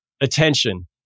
attention